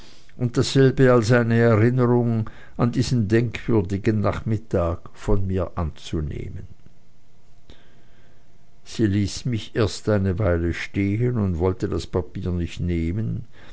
und dasselbe als eine erinnerung an diesen denkwürdigen nachmittag von mir anzunehmen sie ließ mich erst eine weile stehen und wollte das papier nicht nehmen